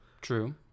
True